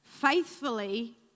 faithfully